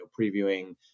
previewing